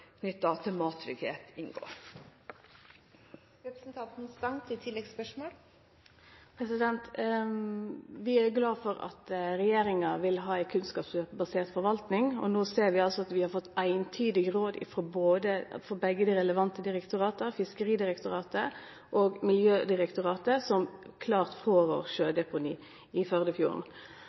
til mattrygghet inngå. Vi er glade for at regjeringa vil ha ei kunnskapsbasert forvaltning, og no ser vi at vi har fått eintydige råd frå begge dei relevante direktorata, Fiskeridirektoratet og Miljødirektoratet, som klart åtvarar mot sjødeponi i Førdefjorden.